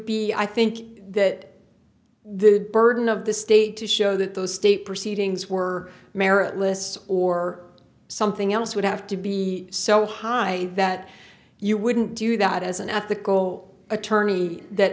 be i think that the burden of the state to show that those state proceedings were meritless or something else would have to be so high that you wouldn't do that as an ethical attorney that